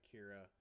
Kira